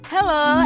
Hello